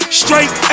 straight